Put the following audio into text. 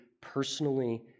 personally